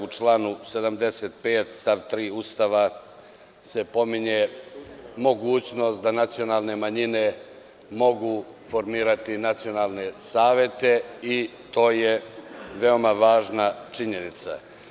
U članu 75. stav 3. Ustava se pominje mogućnost da nacionalne manjine mogu formirati nacionalne savete i to je veoma važna činjenica.